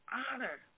honor